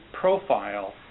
profile